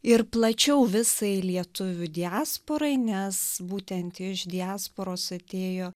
ir plačiau visai lietuvių diasporai nes būtent iš diasporos atėjo